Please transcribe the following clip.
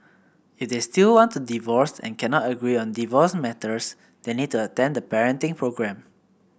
if they still want to divorce and cannot agree on divorce matters they need to attend the parenting programme